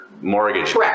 mortgage